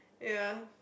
ya